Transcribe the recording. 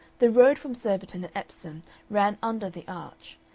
the road from surbiton and epsom ran under the arch,